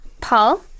Paul